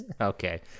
Okay